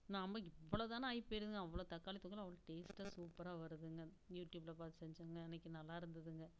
நாம் இவ்வளோ தான் ஆகிப்போயிருதுங்க அவ்வளோ தக்காளி தொக்குலாம் அவ்வளோ டேஸ்டாக சூப்பராக வருதுங்க யூடியூபில் பார்த்து செஞ்சேங்க அன்றைக்கு நல்லாயிருந்துதுங்க